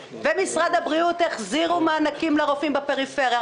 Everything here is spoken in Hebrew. ומשרד הבריאות החזירו מענקים לרופאים בפריפריה.